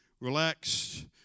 relaxed